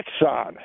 Exxon